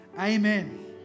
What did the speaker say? Amen